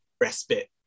respite